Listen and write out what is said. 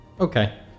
Okay